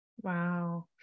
Wow